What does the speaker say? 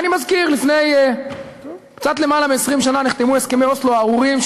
ואני מזכיר: לפני קצת יותר מ-20 שנה נחתמו הסכמי אוסלו הארורים,